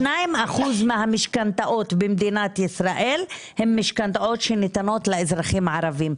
2% מהמשכנתאות במדינת ישראל הן משכנתאות שניתנות לאזרחים הערבים.